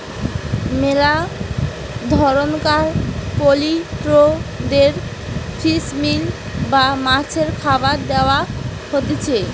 মেলা ধরণকার পোল্ট্রিদের ফিশ মিল বা মাছের খাবার দেয়া হতিছে